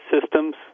systems